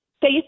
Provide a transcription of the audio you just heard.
faith